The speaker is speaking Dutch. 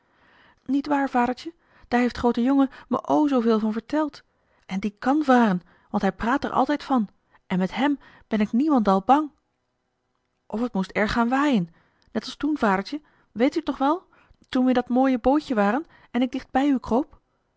nietwaar vadertje daar heeft groote jongen me o zooveel van verteld en die kàn varen want hij praat er altijd van en met hèm ben ik niemendal bang of het moest erg gaan waaien net als toen vadertje weet u t nog wel toen we in dat mooie bootje waren en ik dicht bij u kroop